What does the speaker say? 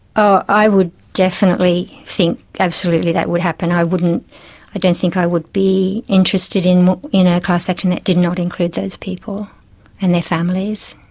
oh, i would definitely think absolutely that would happen. i don't think i would be interested in in a class action that did not include those people and their families.